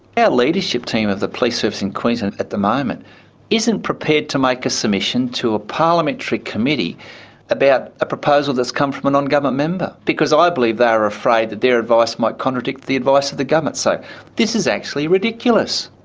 leadership team of the police service in queensland at the moment isn't prepared to make a submission to a parliamentary committee about a proposal that's come from a non-government member because i believe they're afraid that their advice might contradict the advice of the government. so this is actually ridiculous.